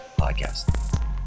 podcast